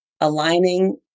aligning